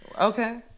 okay